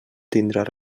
tindran